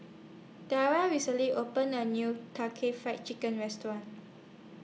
Tara recently opened A New Karaage Fried Chicken Restaurant